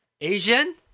Asian